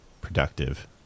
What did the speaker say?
productive